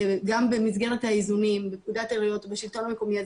גם במסגרת האיזונים בפקודת העיריות ובשלטון המקומי אז